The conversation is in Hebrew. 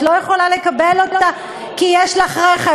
את לא יכולה לקבל אותה, כי יש לך רכב.